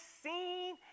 seen